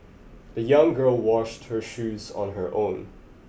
the young girl washed her shoes on her own